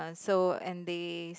so and they